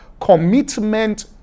commitment